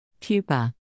Pupa